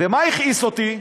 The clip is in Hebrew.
ומה הכעיס אותי?